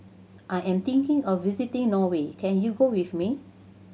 I am thinking of visiting Norway can you go with me